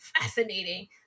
fascinating